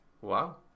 Wow